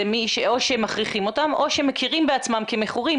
זה או שמכריחים אותם או שמכירים בעצמם כמכורים,